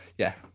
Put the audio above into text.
yeah,